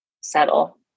settle